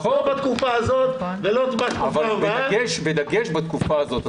לא בתקופה הזאת ולא --- בדגש בתקופה הזאת.